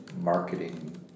marketing